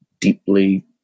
deeply